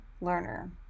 learner